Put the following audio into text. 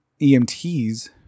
EMTs